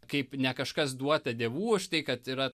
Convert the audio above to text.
kaip ne kažkas duota dievų už tai kad yra